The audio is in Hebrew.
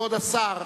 כבוד השר,